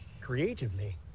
Creatively